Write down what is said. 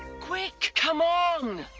quick, come on!